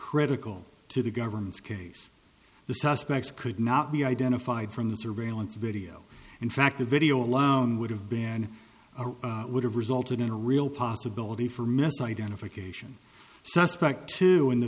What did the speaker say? critical to the government's case the suspects could not be identified from the surveillance video in fact the video alone would have been would have resulted in a real possibility for misidentification suspect two in the